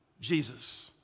Jesus